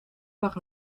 par